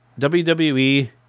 WWE